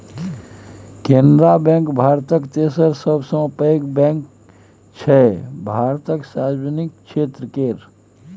Canara bank भारतक तेसर सबसँ पैघ बैंक छै भारतक सार्वजनिक क्षेत्र केर